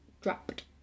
dropped